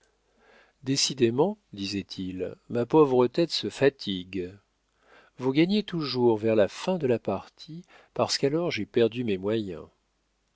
décidément disait-il ma pauvre tête se fatigue vous gagnez toujours vers la fin de la partie parce qu'alors j'ai perdu mes moyens